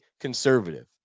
conservative